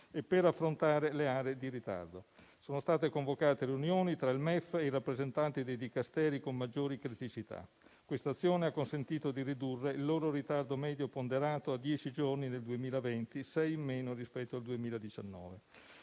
e per affrontare le aree di ritardo. Sono state convocate riunioni tra il MEF e i rappresentanti dei Dicasteri con maggiori criticità; questa azione ha consentito di ridurre il loro ritardo medio ponderato a dieci giorni nel 2020, sei in meno rispetto al 2019.